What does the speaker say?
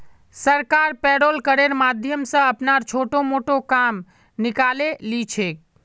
सरकार पेरोल करेर माध्यम स अपनार छोटो मोटो काम निकाले ली छेक